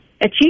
achieve